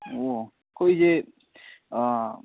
ꯑꯣ ꯑꯩꯈꯣꯏꯁꯦ